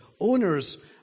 Owners